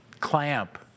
clamp